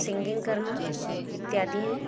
singing करना इत्यादि हैं